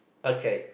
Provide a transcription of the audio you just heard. okay